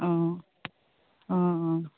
অঁ অঁ অঁ